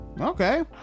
Okay